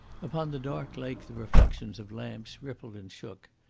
upon the dark lake the reflections of lamps rippled and shook.